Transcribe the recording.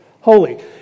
holy